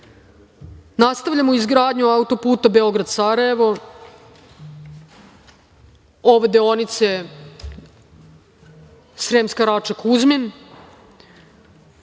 Kraljevu. Nastavljamo izgradnju auto-puta Beograd-Sarajevo, od deonice Sremska Rača-Kuzmin,